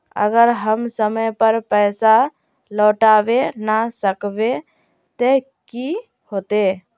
अगर हम समय पर पैसा लौटावे ना सकबे ते की होते?